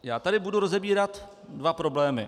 Já tady budu rozebírat dva problémy.